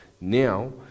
Now